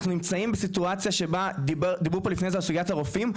אנחנו נמצאים בסיטואציה כמו שדיברו קודם על סוגיית הרופאים,